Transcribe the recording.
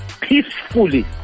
Peacefully